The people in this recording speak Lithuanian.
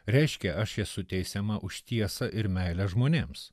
reiškia aš esu teisiama už tiesą ir meilę žmonėms